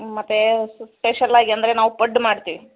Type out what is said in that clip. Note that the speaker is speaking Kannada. ಮತ್ತೆ ಸ್ಪೆಶಲ್ಲಾಗಿ ಅಂದರೆ ನಾವು ಪಡ್ಡು ಮಾಡ್ತೀವಿ